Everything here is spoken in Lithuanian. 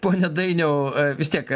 pone dainiau vis tiek